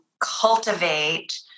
cultivate